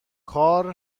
کار